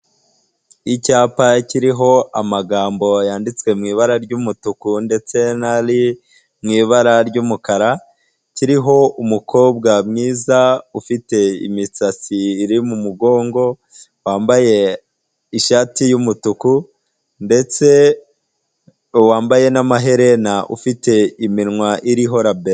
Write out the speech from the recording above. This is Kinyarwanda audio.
Icyapa kiriho amagambo yanditswe mu ibara ry'umutuku ndetse nari mu ibara ry'umukara kiriho umukobwa mwiza ufite imisatsi iri mu mugongo wambaye ishati y'umutuku ndetse wambaye n'amaherena ufite iminwa iriho rabero.